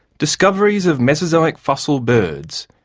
discoveries of mesozoic fossil birds,